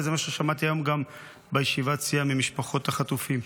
וזה גם מה ששמעתי היום בישיבת הסיעה ממשפחות החטופים,